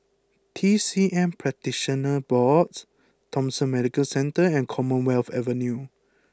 T C M Practitioners Board Thomson Medical Centre and Commonwealth Avenue